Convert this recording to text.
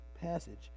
passage